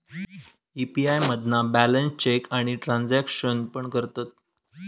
UPI मधना balance check आणि transaction पण करतत